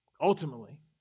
Ultimately